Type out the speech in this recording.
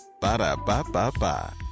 Ba-da-ba-ba-ba